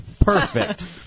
Perfect